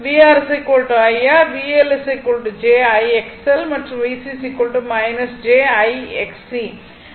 vR I R VL j I XL மற்றும் VC j I Xc